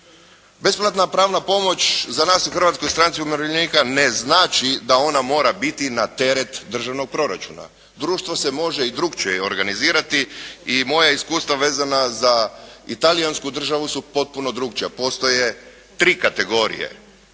Besplatna pravna pomoć za nas u Hrvatskoj stranci umirovljenika ne znači da ona mora biti na teret državnog proračuna. Društvo se može i drukčije organizirati i moja iskustva vezana za i talijansku državu su potpuno drukčija. Postoje tri kategorije